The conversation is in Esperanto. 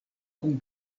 kun